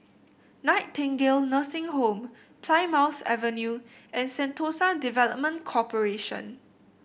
Nightingale Nursing Home Plymouth Avenue and Sentosa Development Corporation